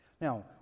Now